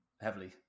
heavily